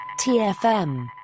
TFM